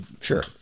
sure